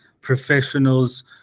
professionals